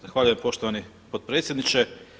Zahvaljujem poštovani potpredsjedniče.